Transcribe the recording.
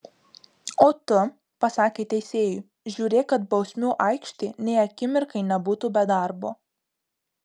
o tu pasakė teisėjui žiūrėk kad bausmių aikštė nė akimirkai nebūtų be darbo